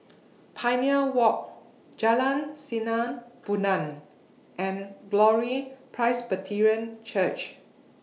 Pioneer Walk Jalan Sinar Bulan and Glory Presbyterian Church